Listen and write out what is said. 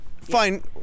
fine